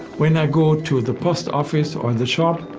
when i go to the post office or the shop,